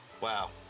Wow